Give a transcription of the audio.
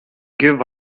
give